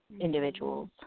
individuals